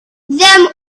them